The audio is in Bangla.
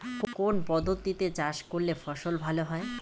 কোন পদ্ধতিতে চাষ করলে ফসল ভালো হয়?